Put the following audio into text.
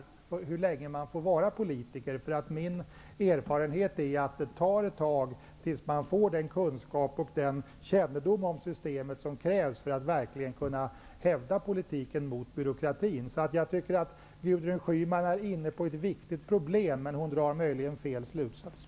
Sådana begränsningar får i varje fall inte vara alltför långtgående, eftersom det tar en tid innan man får den kunskap och kännedom om systemet som krävs för att man verkligen skall kunna hävda politiken mot byråkratin. Jag anser att Gudrun Schyman här är inne på ett viktigt problem men att hon möjligen drar felaktiga slutsatser.